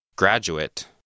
graduate